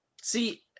See